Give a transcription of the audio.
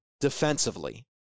defensively